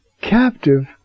captive